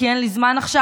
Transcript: כי אין לי זמן עכשיו,